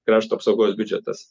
krašto apsaugos biudžetas